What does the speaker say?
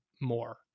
more